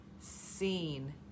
seen